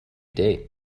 day